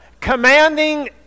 commanding